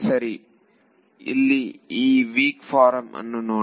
ಸರಿ ಇಲ್ಲಿ ಈ ವೀಕ್ ಫಾರಂ ಅನ್ನು ನೋಡಿ